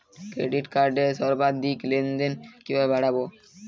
Credit কার্ডের সর্বাধিক লেনদেন কিভাবে বাড়াবো?